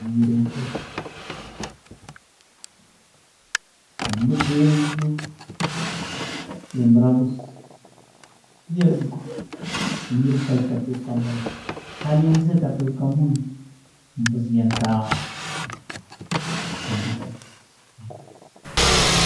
Embuuzi embuuzi egyo endwaniisa, yo teturuka munno, kandi embuuzi etatuuruka munno, embuzi yaataha